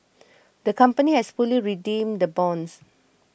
the company has fully redeemed the bonds